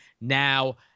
now